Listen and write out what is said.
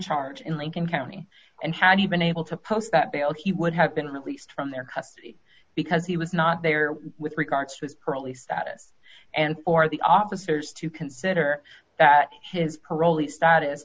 charges in lincoln county and had he been able to post that bail he would have been released from their custody because he was not there with regard to early start it and for the officers to consider that his parolee status